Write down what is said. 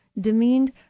demeaned